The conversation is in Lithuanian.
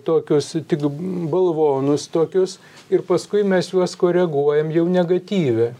tokius tik balvonus tokius ir paskui mes juos koreguojam jau negatyve